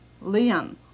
Leon